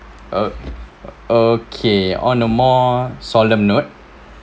uh okay on the more solemn note